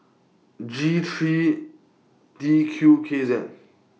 G three T Q K Z